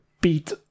beat